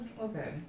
Okay